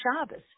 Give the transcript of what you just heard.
Shabbos